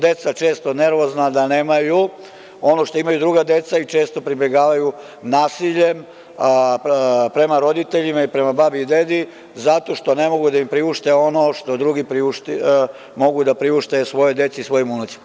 Deca su često nervozna da nemaju ono što imaju druga deca i često pribegavaju nasilju prema roditeljima i prema babi i dedi, zato što ne mogu da im priušte ono što drugi mogu da priušte svojoj deci i svojim unucima.